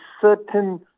certain